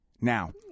Now